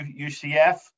UCF